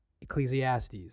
Ecclesiastes